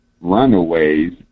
runaways